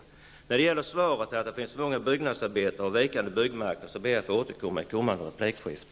Påståendet i svaret att det finns så många byggnadsarbetare och att det råder en vikande byggmarknad ber jag att få återkomma till i ett kommande replikskifte.